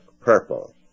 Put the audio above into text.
purple